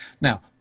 Now